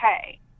okay